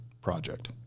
project